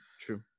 True